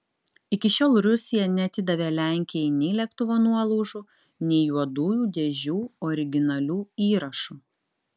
iki šiol rusija neatidavė lenkijai nei lėktuvo nuolaužų nei juodųjų dėžių originalių įrašų